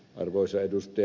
arvoisa ed